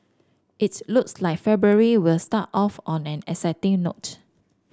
it's looks like February will start off on an exciting note